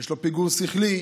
יש לו פיגור שכלי,